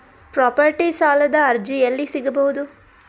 Property ಸಾಲದ ಅರ್ಜಿ ಎಲ್ಲಿ ಸಿಗಬಹುದು?